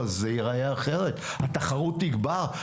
וכולי אז זה ייראה אחרת, התחרות תגבר.